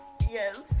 Yes